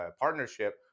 partnership